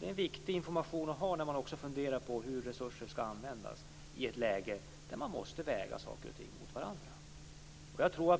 Det är viktig information att känna till när man funderar på hur resurser skall användas i ett läge där saker och ting måste vägas mot varandra.